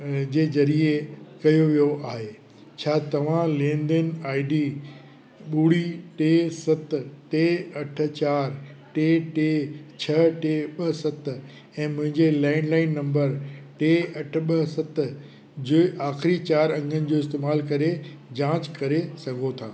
जे ज़रिए कयो वियो आहे छा तव्हां लेनदेन आईडी ॿुड़ी टे सत टे अठ चारि टे टे छह टे ॿ सत ऐं मुंहिंजे लैंडलाइन नंबर टे अठ ॿ सत जे आख़िरी चारि अंगनि जो इस्तेमाल करे जांच करे सघो था